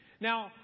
Now